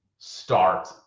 start